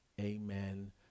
Amen